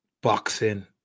boxing